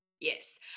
Yes